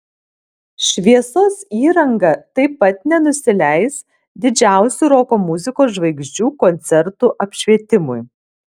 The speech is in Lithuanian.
šviesos įranga taip pat nenusileis didžiausių roko muzikos žvaigždžių koncertų apšvietimui